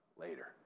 later